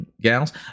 gals